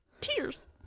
Tears